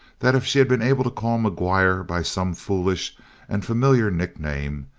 that if she had been able to call mcguire by some foolish and familiar nickname,